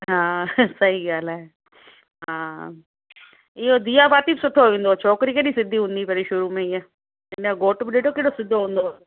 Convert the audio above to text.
हा सही ॻाल्हि आहे हा इहो दिया बाती बि सुठो ईंदो हो छोकिरी केॾी सिधी हूंदी पहिरीं शुरू में ईअं हिनजो घोटु बि ॾिठो केॾो सिधो हूंदो हो